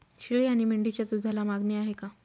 शेळी आणि मेंढीच्या दूधाला मागणी आहे का?